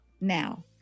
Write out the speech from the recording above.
now